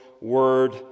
word